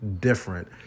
different